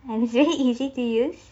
and it's very easy to use